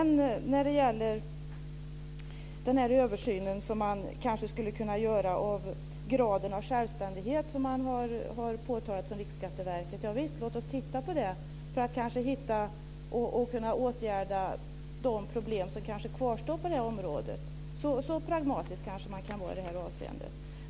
När det gäller den översyn som man kanske skulle kunna göra när det gäller graden av självständighet som man har påtalat från Riksskatteverket kan jag säga: Ja visst, låt oss titta på det för att kanske kunna åtgärda de problem som kvarstår på detta område. Så pragmatisk kanske man kan vara i detta avseende.